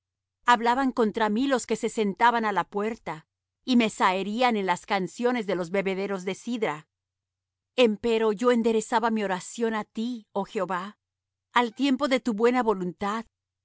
hablaban contra mí los que se sentaban á la puerta y me zaherían en las canciones de los bebederos de sidra empero yo enderezaba mi oración á ti oh jehová al tiempo de tu buena voluntad oh